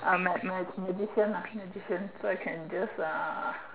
ah my my competition my competition that can just ah